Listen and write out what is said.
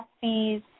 fees